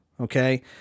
okay